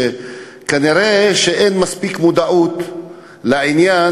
שכנראה אין מספיק מודעות לעניין.